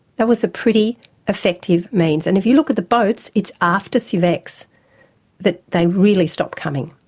that was a pretty effective means, and if you look at the boats, it's after siev x that they really stopped coming.